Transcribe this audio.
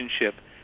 relationship